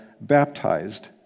baptized